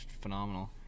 phenomenal